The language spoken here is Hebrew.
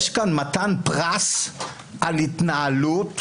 כלומר, יש כאן מתן פרס על התנהלות.